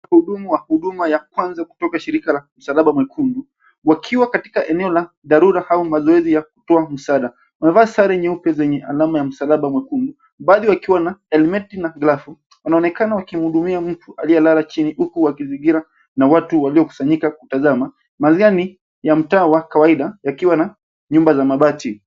Mhudumu wa huduma ya kwanza kutoka shirika la msalaba mwekundu, wakiwa katika eneo la dharura au mazoezi ya kutoa msaada. Wamevaa sare nyeupe zenye alama ya msalaba mwekundu baadhi wakiwa na helmeti na glavu. Wanaonekana wakihudumia mtu aliyelala chini huku wakizingira na watu waliokusanyika kutazama. Mazingira ni ya mtaa wa kawaida yakiwa na nyumba za mabati.